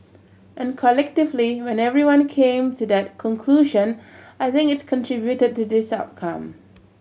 and collectively when everyone came to that conclusion I think its contributed to this outcome